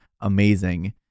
amazing